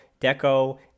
Deco